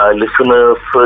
listeners